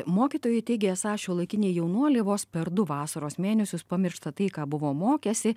mokytojai teigia esą šiuolaikiniai jaunuoliai vos per du vasaros mėnesius pamiršta tai ką buvo mokęsi